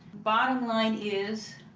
bottom line is.